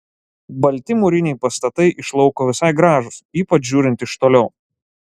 balti mūriniai pastatai iš lauko visai gražūs ypač žiūrint iš toliau